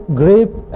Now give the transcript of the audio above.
grape